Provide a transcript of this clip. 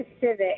Civic